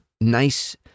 nice